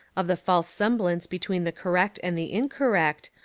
of the false semblance between the cor rect and the incorrect,